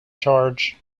charge